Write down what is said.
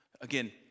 Again